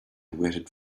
waited